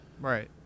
Right